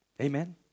Amen